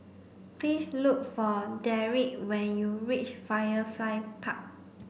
please look for Derick when you reach Firefly Park